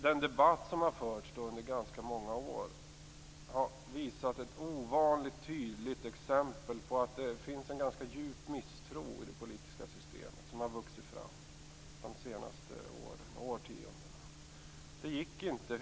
Den debatt som har förts under många år har visat ett ovanligt tydligt exempel på att en djup misstro har vuxit fram de senaste åren mot det politiska systemet.